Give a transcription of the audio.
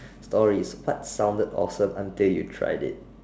stories what sounded awesome until you tried it